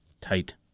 tight